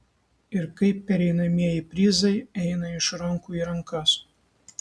ir kaip pereinamieji prizai eina iš rankų į rankas